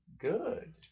good